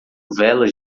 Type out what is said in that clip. velas